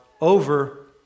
over